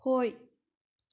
ꯍꯣꯏ